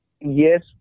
Yes